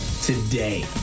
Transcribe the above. today